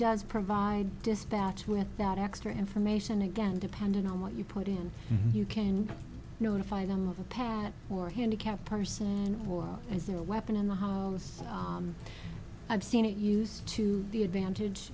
does provide dispatch with that extra information again depending on what you put in you can notify them of a pat or handicapped person and or as a weapon in the house i've seen it used to be advantage